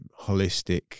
holistic